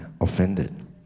offended